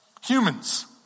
Humans